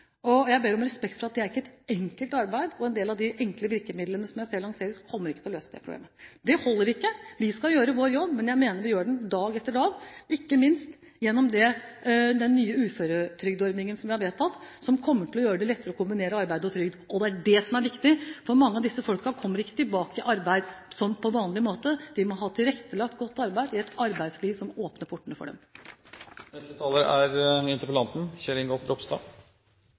og jeg ber om respekt for at det ikke er et enkelt arbeid. En del av de enkle virkemidlene som jeg selv lanserer, kommer ikke til å løse disse problemene – det holder ikke. Vi skal gjøre vår jobb, men jeg mener vi gjør den dag etter dag, ikke minst gjennom den nye uføretrygdeordningen som vi har vedtatt, som kommer til å gjøre det lettere å kombinere arbeid og trygd. Det er det som er viktig, for mange av disse folkene kommer ikke tilbake i arbeid på vanlig måte. De må ha et godt tilrettelagt arbeid i et arbeidsliv som åpner portene for dem. Jeg vil først takke statsråden for svaret. Jeg er